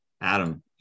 Adam